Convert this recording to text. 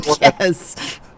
Yes